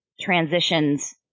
transitions